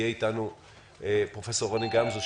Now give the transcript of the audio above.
יהיה אתנו פרופ' רוני גמזו,